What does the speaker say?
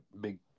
big